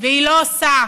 והיא לא עושה,